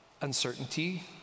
uncertainty